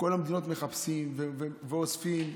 בכל המדינות מחפשים ואוספים,